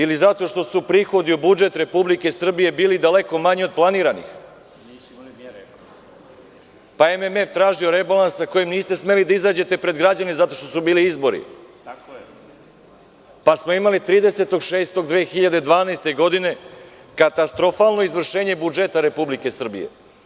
Ili zato što su prihodi u budžet Republike Srbije bili daleko manji od planiranih, pa je MMF tražio rebalans sa kojim niste smeli da izađete pred građane zato što su bili izbori, pa smo 30. juna 2012. godine imali katastrofalno izvršenje budžeta Republike Srbije.